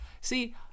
See